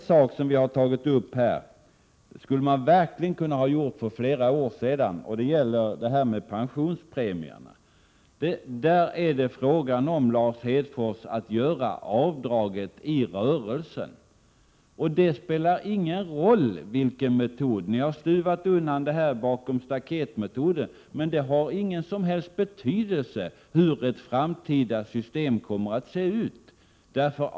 En sak som jag har tagit upp här skulle man verkligen ha kunnat genomföra för flera år sedan, nämligen en ändring avseende pensionspremierna. Där är det fråga om, Lars Hedfors, att göra avdrag i rörelsen. Och Prot. 1987/88:109 det spelar ingen roll vilken metod man har. Ni har stuvat undan den här frågan bakom staketmetoden — men det har ingen som helst betydelse för hur ett framtida system kommer att se ut.